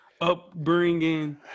upbringing